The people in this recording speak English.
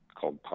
called